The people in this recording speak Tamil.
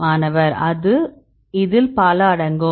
மாணவர் இதில் பல அடங்கும்